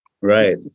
Right